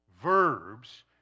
verbs